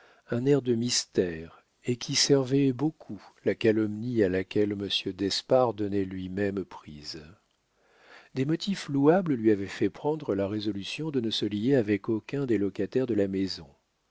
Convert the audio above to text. un air de mystère et qui servait beaucoup la calomnie à laquelle monsieur d'espard donnait lui-même prise des motifs louables lui avaient fait prendre la résolution de ne se lier avec aucun des locataires de la maison